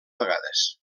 vegades